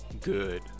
good